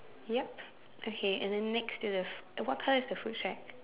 yup okay and then next to this what colour is the food shack